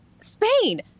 Spain